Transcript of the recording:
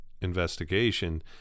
investigation